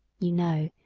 you know,